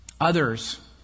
Others